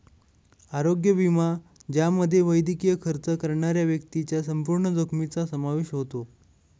आरोग्य विमा ज्यामध्ये वैद्यकीय खर्च करणाऱ्या व्यक्तीच्या संपूर्ण जोखमीचा समावेश होतो